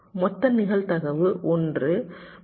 மொத்த நிகழ்தகவு ஒன்று 0